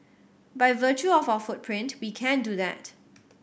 by virtue of our footprint we can do that